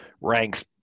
ranks